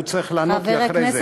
הוא צריך לענות לי אחרי זה.